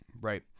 right